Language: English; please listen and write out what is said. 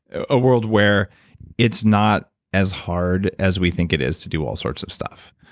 a world where it's not as hard as we think it is to do all sorts of stuff.